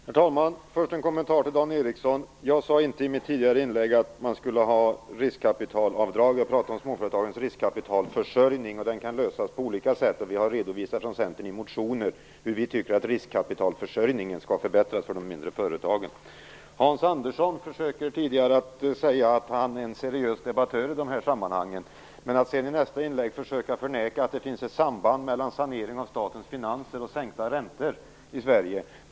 Herr talman! Först en kommentar till Dan Ericsson. Jag sade inte i mitt tidigare inlägg att man skulle ha riskkapitalavdrag. Jag talade om småföretagens riskkapitalförsörjning. Den kan lösas på olika sätt, och vi har från Centern redovisat i motioner hur vi tycker att riskkapitalförsörjningen skall förbättras för de mindre företagen. Hans Andersson sade tidigare att han är en seriös debattör i dessa sammanhang. Men i nästa inlägg försökte han förneka att det fanns ett samband mellan sanering av statens finanser och sänkta räntor i Sverige.